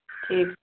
ठीक